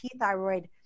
thyroid